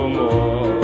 more